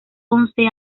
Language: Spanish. once